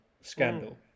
scandal